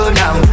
now